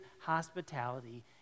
hospitality